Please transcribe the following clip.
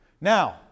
Now